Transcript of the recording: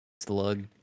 slug